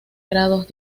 grados